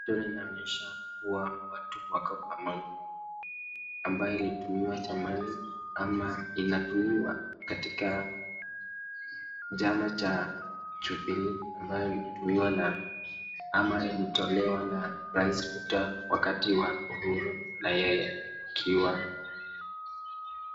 Mchoro ambayo inaonyesha watu wako pamoja ambayo ilitumiwa zamani kama inatumiwa katika chama cha Jubilee, ambayo hutumiwa na, ama ilitolewa na Rais Ruto wakati wa Uhuru wakiwa na yeye.